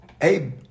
Hey